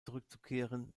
zurückzukehren